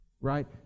Right